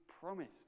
promised